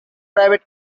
private